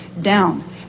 down